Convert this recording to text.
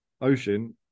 Ocean